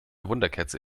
wunderkerze